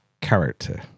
character